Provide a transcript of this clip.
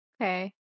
Okay